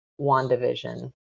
WandaVision